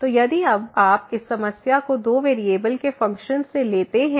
तो यदि आप अब इस समस्या को दो वेरिएबल के फ़ंक्शन से लेते हैं